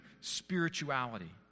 spirituality